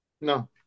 No